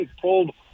pulled